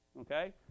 Okay